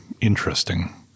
interesting